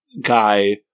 guy